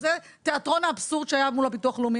זה תיאטרון האבסורד שהיה מול הביטוח לאומי.